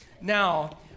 Now